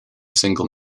single